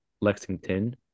Lexington